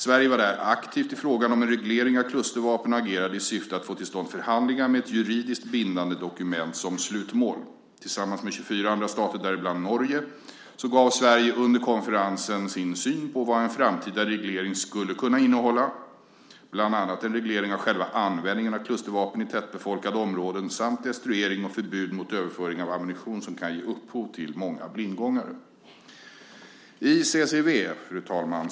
Sverige var där aktivt i frågan om en reglering av klustervapen och agerade i syfte att få till stånd förhandlingar med ett juridiskt bindande dokument som slutmål. Tillsammans med 24 andra stater, däribland Norge, gav Sverige under konferensen sin syn på vad en framtida reglering skulle kunna innehålla, bland annat en reglering av själva användningen av klustervapen i tättbefolkade områden samt destruering och förbud mot överföring av ammunition som kan ge upphov till många blindgångare. Fru talman!